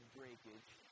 breakage